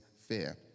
fear